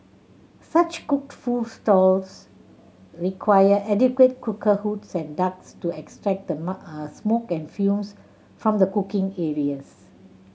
such cooked food stalls require adequate cooker hoods and ducts to extract the smoke and fumes from the cooking areas